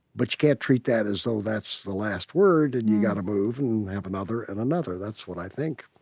but you can't treat that as though that's the last word. and you've got to move and have another and another. that's what i think.